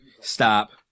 Stop